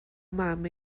mam